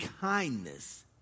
kindness